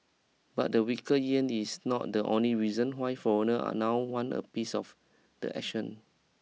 but the weaker yen is not the only reason why foreigner are now want a piece of the action